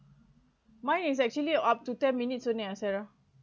mine is actually up to ten minutes only sarah